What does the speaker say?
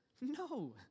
No